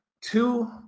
two